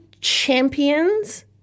champions